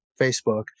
Facebook